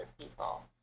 people